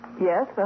Yes